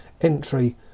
entry